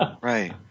right